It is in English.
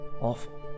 Awful